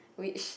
which